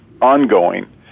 ongoing